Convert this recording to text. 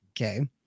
Okay